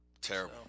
terrible